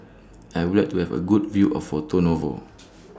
I Would like to Have A Good View of Porto Novo